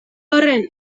horren